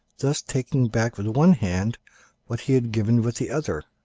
thus taking back with one hand what he had given with the other.